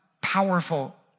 powerful